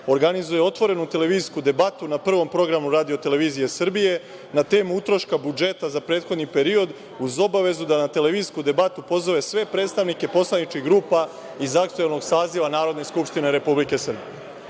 organizuje otvorenu televizijsku debatu na Prvom programu RTS na temu – utroška budžeta za prethodni period, uz obavezu da na televizijsku debatu pozove sve predstavnike poslaničkih grupa iz aktuelnog saziva Narodne skupštine Republike Srbije. Ovo